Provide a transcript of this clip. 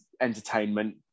entertainment